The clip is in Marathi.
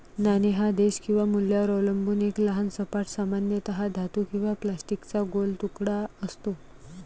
नाणे हा देश किंवा मूल्यावर अवलंबून एक लहान सपाट, सामान्यतः धातू किंवा प्लास्टिकचा गोल तुकडा असतो